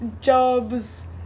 Job's